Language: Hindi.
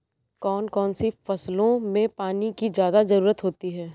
कौन कौन सी फसलों में पानी की ज्यादा ज़रुरत होती है?